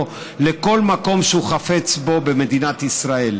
לכל מקום שהוא חפץ בו במדינת ישראל.